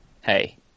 hey